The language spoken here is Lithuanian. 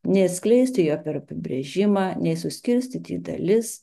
neatskleisti jo per apibrėžimą nei suskirstyti į dalis